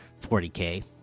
40k